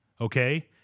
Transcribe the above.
okay